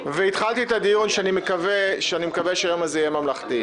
ואמרתי שאני מקווה שהיום הזה יהיה ממלכתי.